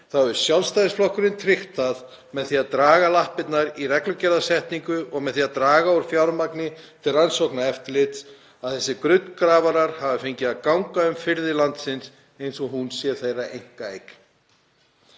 þá hefur Sjálfstæðisflokkurinn tryggt það með því að draga lappirnar í reglugerðarsetningu og með því að draga úr fjármagni til rannsókna og eftirlits að þessir gullgrafarar hafa fengið að ganga um firði landsins eins og þeir séu þeirra einkaeign.